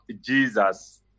jesus